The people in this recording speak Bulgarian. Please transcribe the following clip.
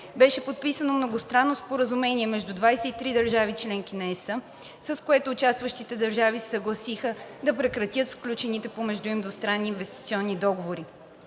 беше подписано Многостранно споразумение между 23 държави – членки на ЕС, с което участващите държави се съгласиха да прекратят сключените помежду им двустранни инвестиционни договори.